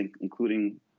including